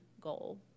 goal